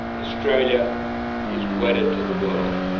australia is wedded to the world